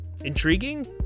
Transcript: intriguing